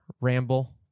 ramble